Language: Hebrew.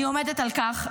אני עומדת על כך,